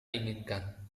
inginkan